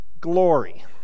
glory